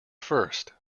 first